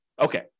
Okay